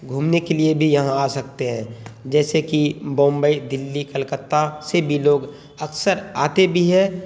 گھومنے کے لیے بھی یہاں آ سکتے ہیں جیسے کہ بمبئی دلی کلکتہ سے بھی لوگ اکثر آتے بھی ہیں